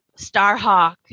Starhawk